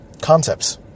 concepts